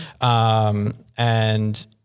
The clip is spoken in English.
And-